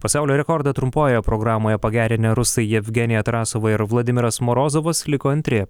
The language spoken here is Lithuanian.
pasaulio rekordą trumpojoje programoje pagerinę rusai jevgenija tarasova ir vladimiras morozovas liko antri